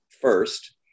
first